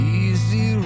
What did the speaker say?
easy